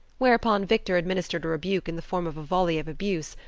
whereupon victor administered a rebuke in the form of a volley of abuse,